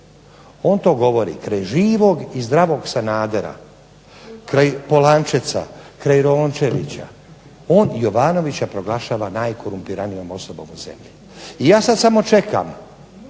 On to govori kraj živog i zdravog Sanadera, kraj POlančeca, kraj Rončevića. On Jovanovića proglašava najkorumpiranijom osobom na zemlji. I ja sada samo čekam